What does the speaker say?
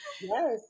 Yes